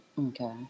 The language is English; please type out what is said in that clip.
Okay